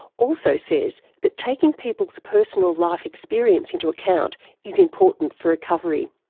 also says that taking people's personal life experience into account is important for recovery.